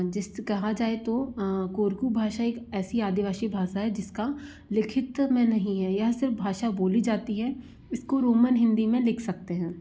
जैसे कहा जाए तो कोर्कू भाषा एक ऐसी आदिवाशी भाषा है जिसका लिखित में नहीं है यह सिर्फ भाषा बोली जाती है इसको रोमन हिन्दी में लिख सकते हैं